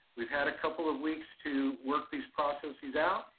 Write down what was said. we've had a couple of weeks to work these processes out,